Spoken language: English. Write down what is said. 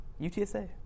UTSA